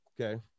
okay